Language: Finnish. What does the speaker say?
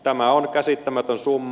tämä on käsittämätön summa